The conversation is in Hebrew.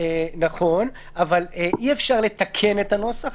נכון, אי-אפשר לתקן את הנוסח.